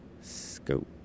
scope